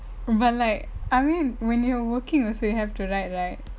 but like I mean when you're working also you have to write right